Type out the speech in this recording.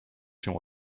się